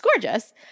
gorgeous